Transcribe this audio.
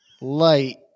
light